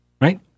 Right